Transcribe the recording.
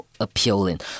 ，appealing 。